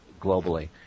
globally